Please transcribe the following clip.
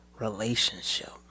relationship